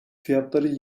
fiyatları